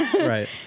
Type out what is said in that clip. right